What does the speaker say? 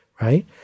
right